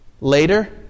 Later